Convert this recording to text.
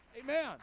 Amen